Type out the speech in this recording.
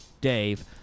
Dave